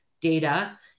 data